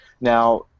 Now